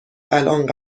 الآن